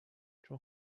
چون